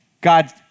God